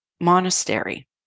monastery